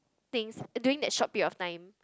things during that short period of time